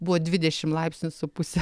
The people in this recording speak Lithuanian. buvo dvidešim laipsnių su puse